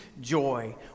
joy